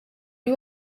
you